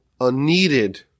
unneeded